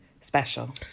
special